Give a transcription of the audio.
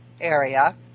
area